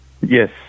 Yes